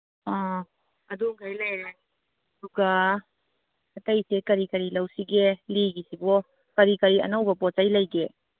ꯑꯥ ꯑꯗꯨꯒꯩ ꯂꯩꯔꯦ ꯑꯗꯨꯒ ꯑꯇꯩ ꯑꯇꯩ ꯀꯔꯤ ꯀꯔꯤ ꯂꯧꯁꯤꯒꯦ ꯂꯤꯒꯤꯁꯤꯕꯣ ꯀꯔꯤ ꯀꯔꯤ ꯑꯅꯧꯕ ꯄꯣꯠ ꯆꯩ ꯂꯩꯒꯦ